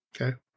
Okay